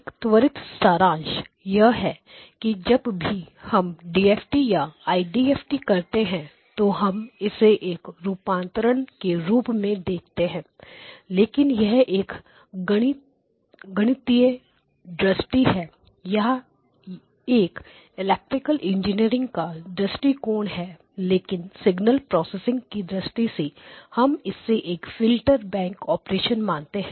एक त्वरित सारांश यह है कि जब भी हम डीएफटी या आईडीएसटी करते हैं तो हम इसे एक रूपांतरण के रूप में देखते हैं लेकिन यह एक गणितीय दृष्टि है या एक इलेक्ट्रिकल इंजीनियर का दृष्टिकोण है लेकिन सिग्नल प्रोसेसिंग signal processing की दृष्टि से हम इसे एक फिल्टर बैंक ऑपरेशन मानते हैं